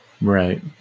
Right